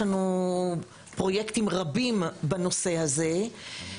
יש לנו פרויקטים רבים בנושא הזה.